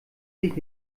sich